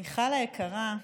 מיכל היקרה,